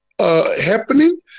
Happening